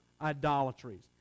idolatries